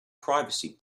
privacy